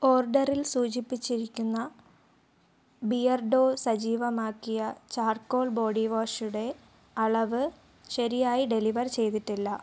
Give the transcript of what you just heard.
ഓർഡറിൽ സൂചിപ്പിച്ചിരിക്കുന്ന ബിയർഡോ സജീവമാക്കിയ ചാർക്കോൾ ബോഡിവാഷ് യുടെ അളവ് ശരിയായി ഡെലിവർ ചെയ്തിട്ടില്ല